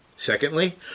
Secondly